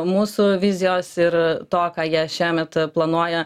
mūsų vizijos ir to ką jie šiemet planuoja